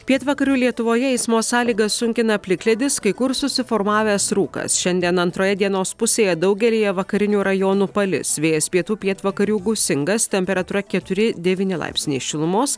pietvakarių lietuvoje eismo sąlygas sunkina plikledis kai kur susiformavęs rūkas šiandien antroje dienos pusėje daugelyje vakarinių rajonų palis vėjas pietų pietvakarių gūsingas temperatūra keturi devyni laipsniai šilumos